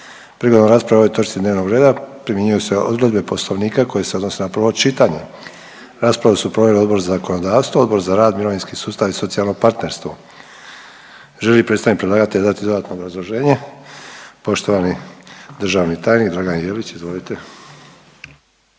Prigodom rasprave o ovoj točki dnevnog reda primjenjuju se odredbe poslovnika koje se odnose na prvo čitanje. Raspravu su proveli Odbor za zakonodavstvo, Odbor za rad, mirovinski sustav i socijalno partnerstvo. Želi li predstavnik predlagatelja dati dodatno obrazloženje? Poštovani državni tajnik Dragan Jelić, izvolite.